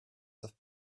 have